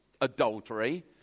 adultery